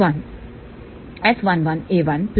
b1 S11a1S12a2है